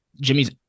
Jimmy's